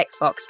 Xbox